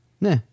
Nah